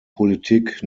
politik